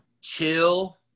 chill